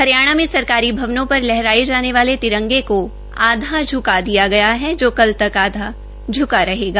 हरियाणा में सरकारी भवनों पर लहराये जाने वाले तिरंगे को आधा झुका दिया गया हे जो कल तक आधा झुका रहेगा